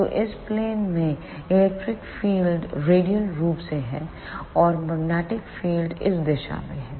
तो इस प्लेन में इलेक्ट्रिक फील्ड रेडियल रूप से है और मैग्नेटिक फील्ड इस दिशा में है